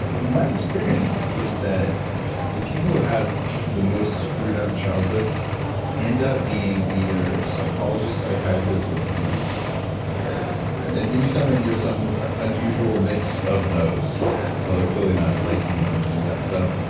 my experience is that the people who have the most screwed up childhoods end up being psychologists, psychiatrists, or comedians sure and you sound like you're some unusual mix of those yeah although, clearly not licensed in any of that stuff.